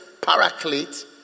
paraclete